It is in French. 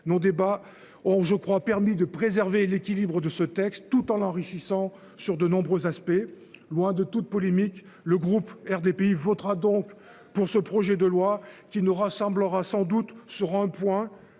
nos débats ont je crois, permis de préserver l'équilibre de ce texte tout en l'enrichissant sur de nombreux aspects, loin de toute polémique. Le groupe RDPI votera donc pour ce projet de loi qui nous rassemblera sans doute sur un point